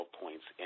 points